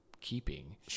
keeping